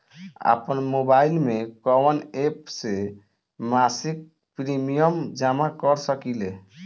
आपनमोबाइल में कवन एप से मासिक प्रिमियम जमा कर सकिले?